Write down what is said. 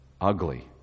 ugly